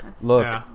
Look